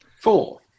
four